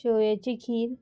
शोवयाची खीर